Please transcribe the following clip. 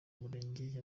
murenge